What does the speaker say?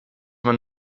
man